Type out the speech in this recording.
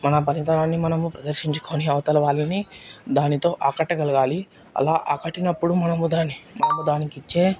మన పనితనాన్ని మనం ప్రదర్శించుకొని అవతల వాళ్ళని దానితో ఆకట్టగలగాలి అలా ఆకట్టునప్పుడు మనం దాన్ని మనము దానికిచ్చే